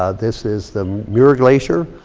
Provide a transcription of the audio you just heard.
ah this is the muir glacier,